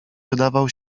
wydawał